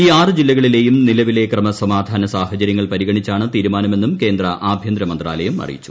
ഈ ആറ് ജില്ലകളിലെയും നിൽവിലെ ക്രമസമാധാന സാഹചര്യങ്ങൾ പരിഗണിച്ചാണ് തീരുമാനമെന്നും കേന്ദ്ര ആഭ്യന്തര മന്ത്രാലയം അറിയിച്ചു